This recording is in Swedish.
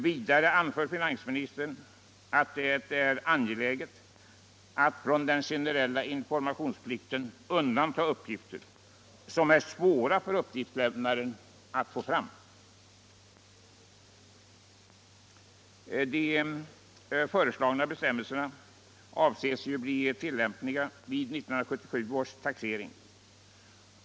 Vidare anför finansministern att det är angeläget att från den generella informationsplikten undanta uppgifter som är svåra för uppgiftslämnaren att få fram. De föreslagna bestämmelserna avses bli tillämpliga vid 1977 års taxering.